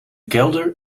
kelder